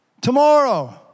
Tomorrow